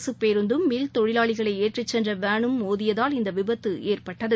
அரசுபேருந்தும் mill தொழிலாளிகளைஏற்றிசென்றவேனும் மோதியதால் இந்தவிபத்துஏற்பட்டது